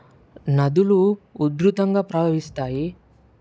నదులు ఉధృతంగా ప్రవహిస్తాయి